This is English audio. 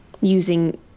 using